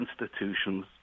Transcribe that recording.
institutions